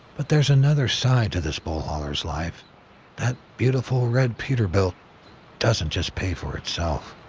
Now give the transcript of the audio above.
but there's another side to this bull hauler's life that beautiful red peterbilt doesn't just pay for itself.